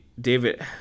David